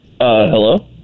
Hello